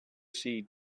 see